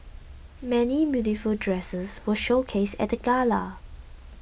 many beautiful dresses were showcased at the gala